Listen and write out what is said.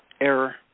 error